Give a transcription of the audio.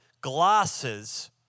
glasses